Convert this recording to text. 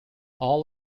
all